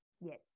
Yes